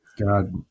God